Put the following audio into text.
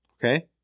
okay